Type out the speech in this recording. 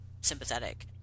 sympathetic